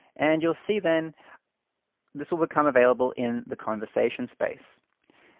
and you'll see then this will become available in the conversation space.